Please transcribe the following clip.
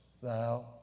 thou